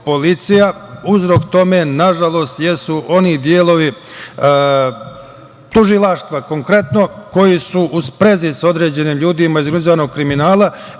uzrok tome, nažalost jesu oni delovi tužilaštva, konkretno koji su u sprezi sa određenim ljudima iz organizovanog kriminala